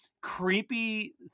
creepy